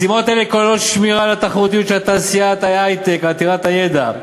משימות אלה כוללות שמירה על התחרותיות של תעשיית ההיי-טק עתירת הידע,